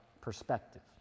perspective